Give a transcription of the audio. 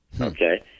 okay